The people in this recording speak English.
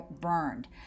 burned